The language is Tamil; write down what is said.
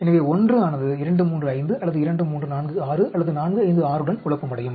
எனவே 1 ஆனது 235 அல்லது 2346 அல்லது 456 உடன் குழப்பமடையும்